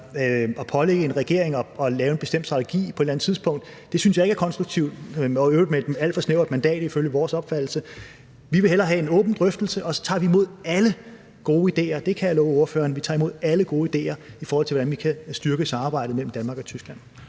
at pålægge en regering at lave en bestemt strategi på et eller andet tidspunkt ikke er konstruktivt, og det er i øvrigt efter vores opfattelse med et alt for snævert mandat. Vi vil hellere have en åben drøftelse, og så tager vi imod alle gode idéer. Det kan jeg love ordføreren. Vi tager imod alle gode idéer til, hvordan vi kan styrke samarbejdet mellem Danmark og Tyskland.